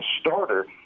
starter